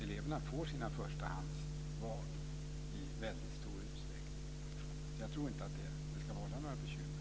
Eleverna får sina förstahandsval i väldigt stor utsträckning. Jag tror inte att det här ska vålla några bekymmer. Tack!